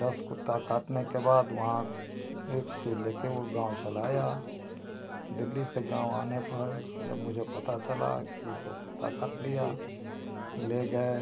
दस कुत्ता काटने के बाद वहाँ एक सुई लेकर वह गाँव चला आया दिल्ली से गाँव आने पर जब मुझे पता चला कि इसको कुत्ता काट लिया ले गए